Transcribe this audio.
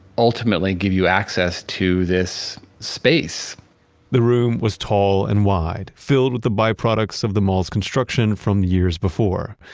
ultimately give you access to this space the room was tall and wide, filled with the byproducts of the mall's construction from years before.